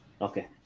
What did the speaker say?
Okay